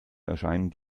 erscheinen